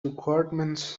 requirements